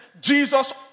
Jesus